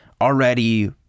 already